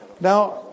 Now